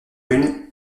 une